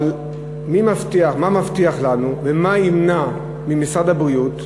מה מבטיח לנו ומה ימנע ממשרד הבריאות,